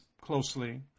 closely